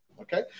Okay